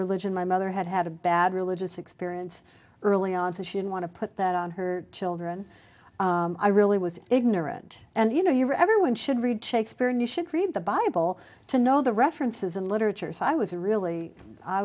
religion my mother had had a bad religious experience early on so she didn't want to put that on her children i really was ignorant and you know you're everyone should read shakespeare and you should read the bible to know the references in literature so i was really i